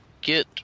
get